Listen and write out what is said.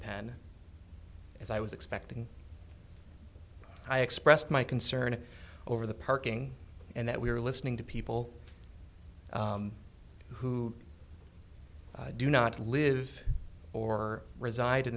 pen as i was expecting i expressed my concern over the parking and that we were listening to people who do not live or reside in